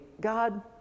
God